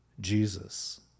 Jesus